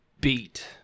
beat